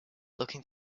looking